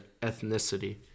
ethnicity